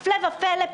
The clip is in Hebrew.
הפלא ופלא,